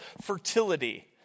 fertility